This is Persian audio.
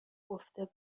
گفته